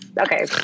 okay